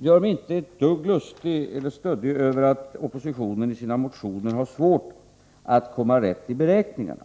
gör mig inte ett dugg lustig över att oppositionen i sina motioner har svårt att komma rätt i beräkningarna.